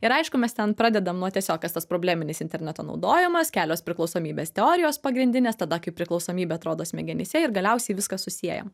ir aišku mes ten pradedam nuo tiesiog tas probleminis interneto naudojimas kelios priklausomybės teorijos pagrindinės tada kai priklausomybė atrodo smegenyse ir galiausiai viskas susieja